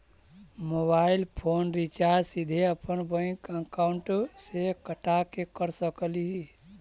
Mobile phone recharge सीधे अपन bank account से कटा के कर सकली ही?